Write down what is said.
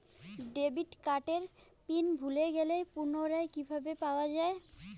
Debit কার্ডের pin ভুলে গেলে পুনরায় কিভাবে পাওয়া য়ায়?